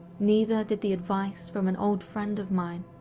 neither did the advice from an old friend of mine,